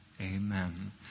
amen